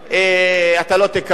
אתה לא תקבל.